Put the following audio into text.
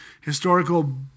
Historical